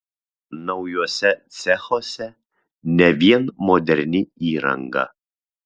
naujuose cechuose ne vien moderni įranga